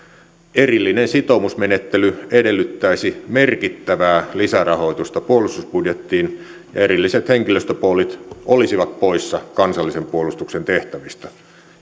erillinen sitoumusmenettely edellyttäisi merkittävää lisärahoitusta puolustusbudjettiin ja erilliset henkilöstöpoolit olisivat poissa kansallisen puolustuksen tehtävistä